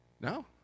No